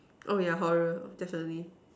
oh yeah